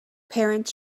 parents